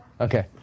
Okay